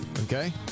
Okay